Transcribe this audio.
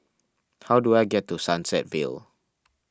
how do I get to Sunset Vale